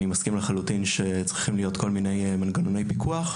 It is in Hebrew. אני מסכים לחלוטין שצריכים להיות כל מיני מנגנוני פיקוח.